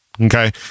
Okay